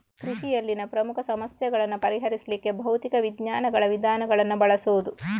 ಕೃಷಿಯಲ್ಲಿನ ಪ್ರಮುಖ ಸಮಸ್ಯೆಗಳನ್ನ ಪರಿಹರಿಸ್ಲಿಕ್ಕೆ ಭೌತಿಕ ವಿಜ್ಞಾನಗಳ ವಿಧಾನಗಳನ್ನ ಬಳಸುದು